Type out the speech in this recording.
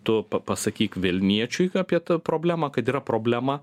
tu pa pasakyk vilniečiui k apie tą problemą kad yra problema